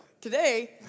Today